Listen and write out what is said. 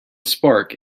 spark